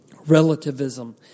relativism